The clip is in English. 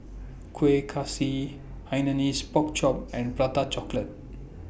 Kueh Kaswi Hainanese Pork Chop and Prata Chocolate